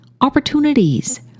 opportunities